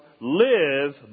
live